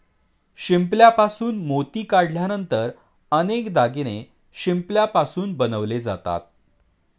शिंपल्यापासून मोती काढल्यानंतर अनेक दागिने शिंपल्यापासून बनवले जातात